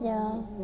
ya